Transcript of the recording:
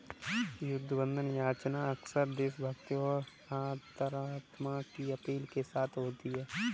युद्ध बंधन याचना अक्सर देशभक्ति और अंतरात्मा की अपील के साथ होती है